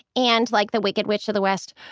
and like the wicked witch of the west,